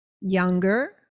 younger